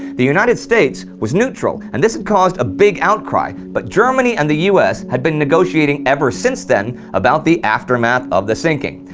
the united states was neutral and this had caused a big outcry, but germany and the us had been negotiating ever since then about the aftermath of the sinking.